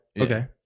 Okay